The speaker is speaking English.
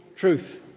truth